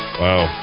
wow